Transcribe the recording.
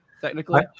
technically